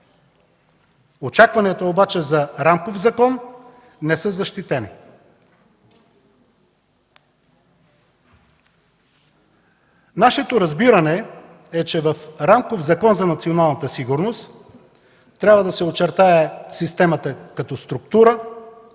Очакванията обаче за рамков закон не са защитени. Нашето разбиране е, че в рамков Закон за националната сигурност трябва да се очертае системата като структура,